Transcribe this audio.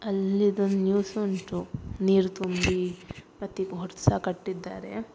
ಅಲ್ಲಿದು ಒಂದು ನ್ಯೂಸ್ ಉಂಟು ನೀರು ತುಂಬಿ ಮತ್ತೆ ಹೊಸ ಕಟ್ಟಿದ್ದಾರೆ